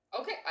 Okay